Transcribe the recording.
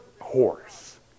horse